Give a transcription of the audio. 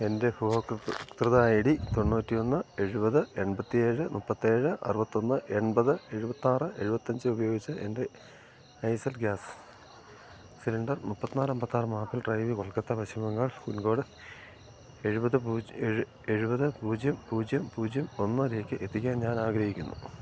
എൻ്റെ ഉപഭോക്തൃ I D തൊണ്ണൂറ്റി ഒന്ന് എഴുപത് എൺപത്തി ഏഴ് മുപ്പത്തി ഏഴ് അറുപത്തി ഒന്ന് എൺപത് എഴുപത്തി ആറ് എഴുപത്തി അഞ്ച് ഉപയോഗിച്ചു എൻ്റെ ഐസ്സെൽ ഗ്യാസ് സിലിണ്ടർ മുപ്പത്തി നാല് അമ്പത്തി ആറ് Maple Drive Kolkata Paschim Bengal pincode എഴുപത് പൂജ്യം ഏഴ് എഴുപത് പൂജ്യം പൂജ്യം പൂജ്യം ഒന്നിലേക്ക് എത്തിക്കാൻ ഞാൻ ആഗ്രഹിക്കുന്നു